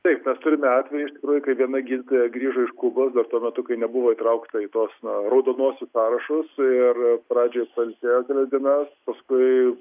taip mes turime atvejį iš tikrųjų kai viena gydytoja grįžo iš kubos dar tuo metu kai nebuvo įtraukta į tuos na raudonosius sąrašus ir pradžioj pailsėjo kelias dienas paskui